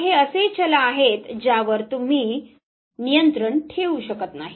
तर हे असे चल आहेत ज्यावर तुम्ही नियंत्रण ठेवू शकत नाही